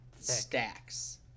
stacks